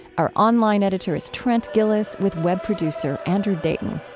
our online editor is trent gilliss, with web producer andrew dayton.